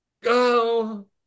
go